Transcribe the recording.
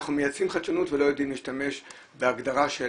אנחנו מייצאים חדשנות ולא יודעים להשתמש בהגדרה של